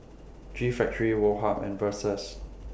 G Factory Woh Hup and Versace